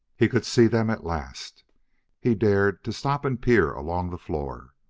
he could see them at last he dared, to stop and peer along the floor.